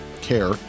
care